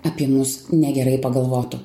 apie mus negerai pagalvotų